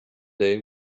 day